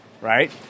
right